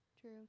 True